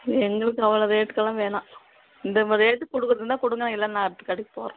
எங்களுக்கு அவ்வளோ ரேட்டுக்கெல்லாம் வேணாம் இந்த ஒரு ரேட்டுக்கு கொடுக்கறது இருந்தால் கொடுங்க இல்லை நான் அடுத்த கடைக்கு போகிறேன்